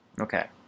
Okay